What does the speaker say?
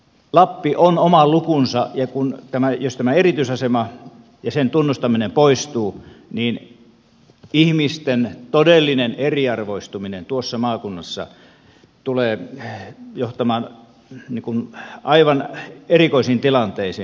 lappi on oma lukunsa ja jos tämä erityisasema ja sen tunnustaminen poistuu niin ihmisten todellinen eriarvoistuminen tuossa maakunnassa tulee johtamaan aivan erikoisiin tilanteisiin